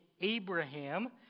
Abraham